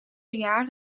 jaar